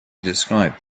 described